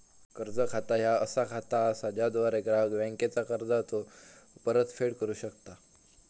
कर्ज खाता ह्या असा खाता असा ज्याद्वारा ग्राहक बँकेचा कर्जाचो परतफेड करू शकता